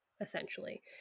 essentially